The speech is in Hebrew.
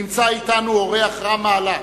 נמצא אתנו אורח רם מעלה,